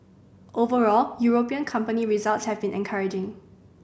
overall European company results have been encouraging